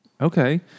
Okay